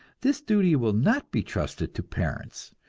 this duty will not be trusted to parents,